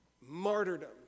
martyrdom